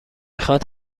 خواد